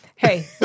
Hey